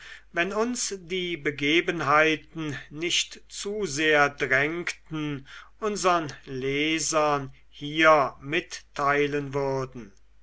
wenn uns die begebenheiten nicht zu sehr bedrängten unsern lesern hier mitteilen würden